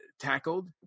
Tackled